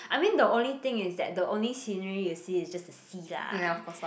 I mean the only thing is that the only scenery you see is just the sea lah